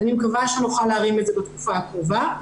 אני מקווה שנוכל להרים את זה בתקופה הקרובה.